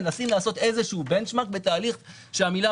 מנסים לעשות איזשהו בנצ'מרק בתהליך שהמילה